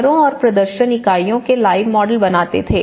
घरों और प्रदर्शन इकाइयों के लाइव मॉडल बनाते थे